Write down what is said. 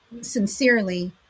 sincerely